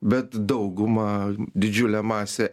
bet dauguma didžiulė masė